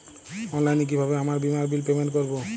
অনলাইনে কিভাবে আমার বীমার বিল পেমেন্ট করবো?